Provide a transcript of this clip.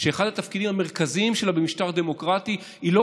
שאחד התפקידים המרכזיים שלה במשטר דמוקרטי הוא לא